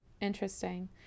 Interesting